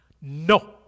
No